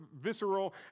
visceral